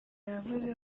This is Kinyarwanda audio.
yavuze